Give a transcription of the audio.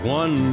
one